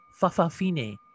Fafafine